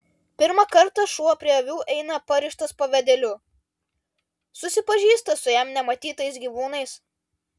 pirmą kartą šuo prie avių eina parištas pavadėliu susipažįsta su jam nematytais gyvūnais